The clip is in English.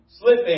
Slipping